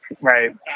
Right